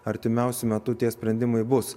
artimiausiu metu tie sprendimai bus